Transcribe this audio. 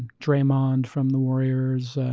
draymond from the lawyers,